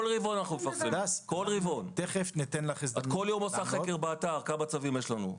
את עושה חקר באתר בכל יום, כמה צווים יש לנו.